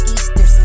Easter